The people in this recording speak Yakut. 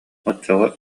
оччоҕо